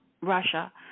Russia